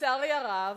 לצערי הרב,